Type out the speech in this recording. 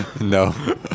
no